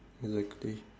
exactly